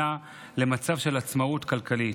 במדינה למצב של עצמאות כלכלית.